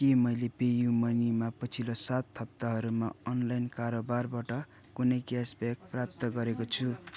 के मैले पेयू मनीमा पछिल्लो सात हप्ताहरूमा अनलाइन कारोबारबाट कुनै क्यासब्याक प्राप्त गरेको छु